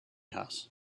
house